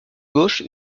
gauche